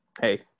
hey